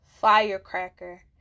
firecracker